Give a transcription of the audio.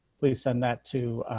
please send that to